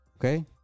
Okay